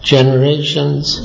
Generations